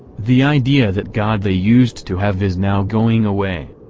the idea that god they used to have is now going away.